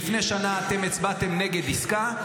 להזכיר לך שלפני שנה אתם הצבעתם נגד עסקה.